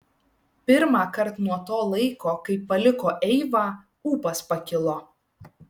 pirmąkart nuo to laiko kai paliko eivą ūpas pakilo